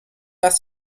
pas